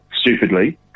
stupidly